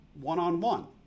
one-on-one